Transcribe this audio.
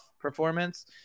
performance